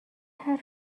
حرف